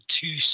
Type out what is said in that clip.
two